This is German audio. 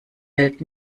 welt